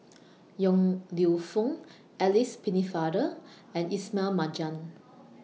Yong Lew Foong Alice Pennefather and Ismail Marjan